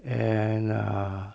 and err